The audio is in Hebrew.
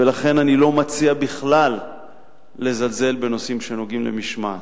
לכן אני לא מציע לזלזל בנושאים שנוגעים למשמעת.